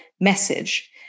message